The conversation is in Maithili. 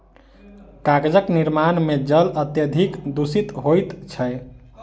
कागजक निर्माण मे जल अत्यधिक दुषित होइत छै